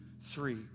three